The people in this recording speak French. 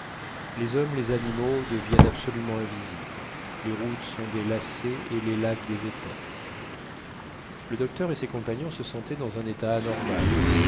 les hommes les animaux deviennent absolument invisibles les routes sont des lacets et les lacs des étangs le docteur et ses compagnons se sentaient dans un état anormal